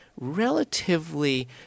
relatively